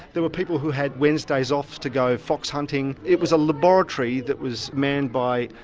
there were people who had wednesdays off to go fox hunting. it was a laboratory that was manned by.